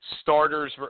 starters